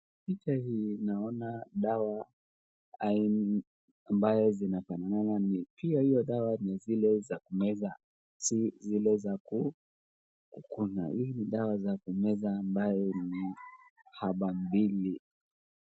Picha hii naona dawa ambayo zinafanana, na pia hiyo dawa ni zile za kumeza si zile za kukunywa. Hii ni dawa za kumeza ambayo ni haba mbili.